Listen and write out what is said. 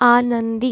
आनंदी